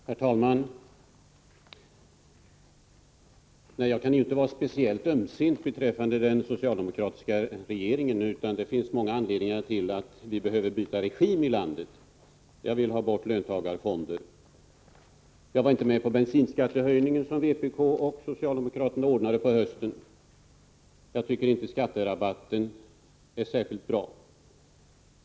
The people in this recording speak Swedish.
Herr talman! Jag kan inte vara speciellt ömsint beträffande den socialdemokratiska regeringen. Det finns många anledningar till att vi behöver byta regim i landet. Jag vill ha bort löntagarfonderna. Jag var inte med på den bensinskattehöjning som vpk och socialdemokraterna ordnade i höstas. Jag tycker inte skatterabatten är särskilt bra.